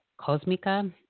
Cosmica